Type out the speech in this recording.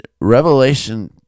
Revelation